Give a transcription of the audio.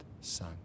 son